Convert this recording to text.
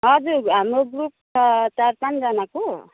हजुर हाम्रो ग्रुप छ चार पाँचजनाको